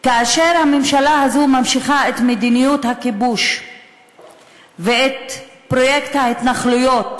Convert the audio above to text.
כאשר הממשלה הזאת ממשיכה את מדיניות הכיבוש ואת פרויקט ההתנחלויות,